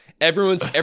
everyone's